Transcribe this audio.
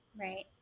Right